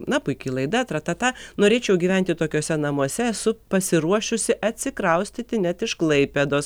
na puiki laida tratata norėčiau gyventi tokiuose namuose esu pasiruošusi atsikraustyti net iš klaipėdos